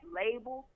label